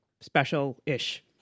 special-ish